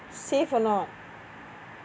safe or not